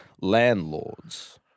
landlords